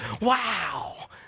wow